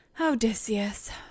Odysseus